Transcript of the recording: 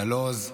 נלוז,